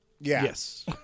Yes